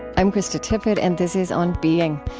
i'm krista tippett, and this is on being